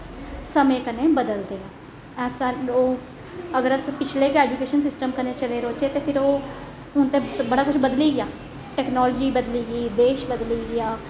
समें कन्नै बदलदे ऐ अस ओह् अगर अस पिछले ऐजुकेशन सिस्टम कन्नै चले रौह्चै ते फिर ओह् हून ते बड़ा कुछ बदली गेआ टैकनॉलजी बदली गेई देश बदली गेआ